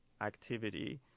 activity